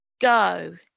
go